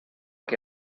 que